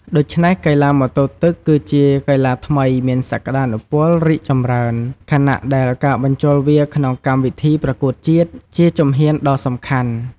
ដូច្នេះកីឡាម៉ូតូទឹកគឺជាកីឡាថ្មីមានសក្តានុពលរីកចម្រើន ខណៈដែលការបញ្ចូលវាក្នុងកម្មវិធីប្រកួតជាតិ ជាជំហានដ៏សំខាន់។